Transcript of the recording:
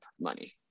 money